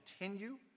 continue